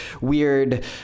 weird